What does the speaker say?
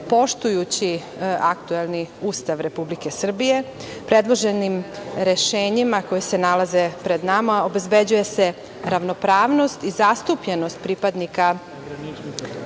poštujući aktuelni Ustav Republike Srbije, predloženim rešenjima koja se nalaze pred nama, obezbeđuje se ravnopravnost i zastupljenost pripadnika